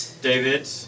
David